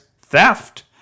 Theft